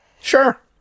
Sure